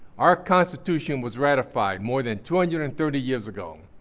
our constitution was ratified more than two hundred and thirty years ago,